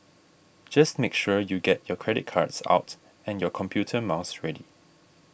just make sure you get your credit cards out and your computer mouse ready